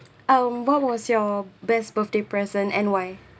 um what was your best birthday present and why